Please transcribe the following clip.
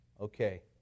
Okay